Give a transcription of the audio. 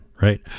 right